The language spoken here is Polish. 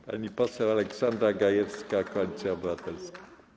Pani poseł Aleksandra Gajewska, Koalicja Obywatelska.